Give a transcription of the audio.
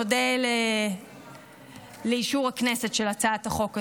נודה לאישור הכנסת של הצעת החוק הזאת.